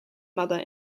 mother